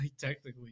technically